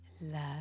love